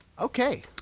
Okay